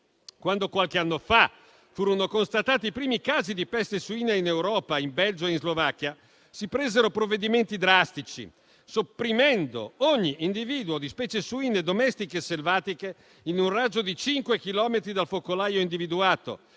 Quando qualche anno fa furono constatati i primi casi di peste suina in Europa (in Belgio e in Slovacchia), si presero provvedimenti drastici sopprimendo ogni individuo di specie suine domestiche e selvatiche in un raggio di 5 chilometri dal focolaio individuato